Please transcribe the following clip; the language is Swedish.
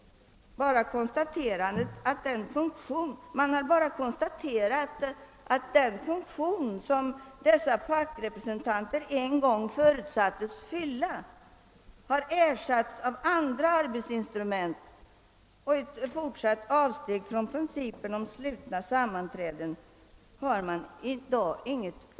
Man har bara konstaterat att den funktion, som dessa fackrepresentanter förutsattes fylla, har ersatts av andra arbetsinstrument och att man i dag inte har något underlag för ett avsteg från principen om slutna sammanträden.